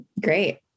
great